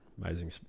amazing